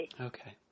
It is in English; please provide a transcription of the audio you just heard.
Okay